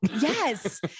Yes